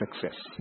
success